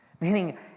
Meaning